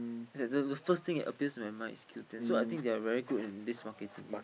the the the first thing appears in my mind is Q-ten so I think they are very good in this marketing